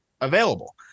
available